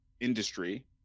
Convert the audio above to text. industry